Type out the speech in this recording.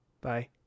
bye